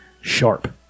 sharp